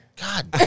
God